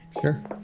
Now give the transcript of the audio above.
sure